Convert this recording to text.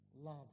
love